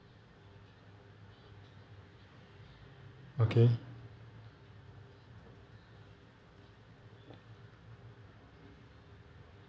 okay